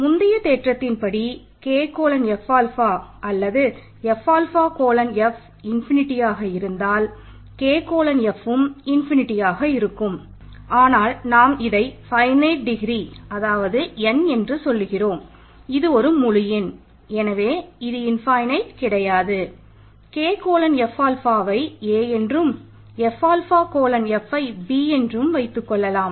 முந்தைய தேற்றத்தின் படி K கோலன் இருக்கும்